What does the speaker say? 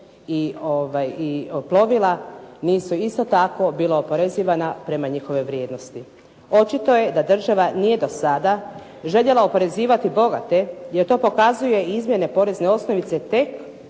i plovila nisu isto tako bila oporezivana prema njihovoj vrijednosti. Očito je da država nije do sada željela oporezivati bogate, jer to pokazuje i izmjene porezne osnovice tek